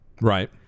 right